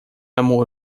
amor